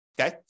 okay